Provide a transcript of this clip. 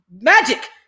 magic